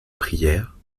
prière